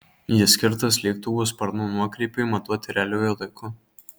jis skirtas lėktuvų sparnų nuokrypiui matuoti realiuoju laiku